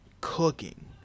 cooking